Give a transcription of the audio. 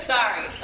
Sorry